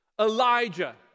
Elijah